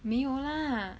没有 lah